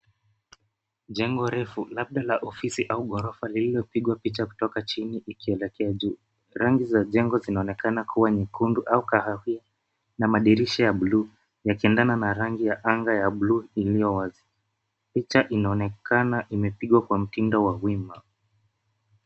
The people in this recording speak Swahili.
Jengo refu labda la ofisi au ghorofa lililopigwa picha kutoka chini ikielekea juu. Rangi za jengo zinaonekana kuwa nyekundu au kahawia na madirisha ya bluu yakiendana na rangi ya anga ya bluu iliyo wazi. Picha inaonekana imepigwa kwa mtindo wa wima.